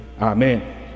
Amen